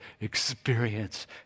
Experience